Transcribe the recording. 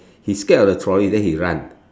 he scared of the trolley then he run